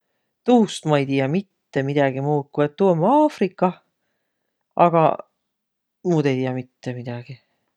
Tuust ma ei tiiä mitte midägi muud, ku et tuu om Afrikah, aga muud ei tiiäq mitte midägiq.